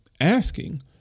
asking